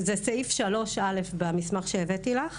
זה סעיף 3(א) במסמך שהבאתי לך.